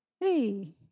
Hey